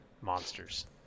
monsters